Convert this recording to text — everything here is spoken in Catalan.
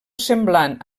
semblant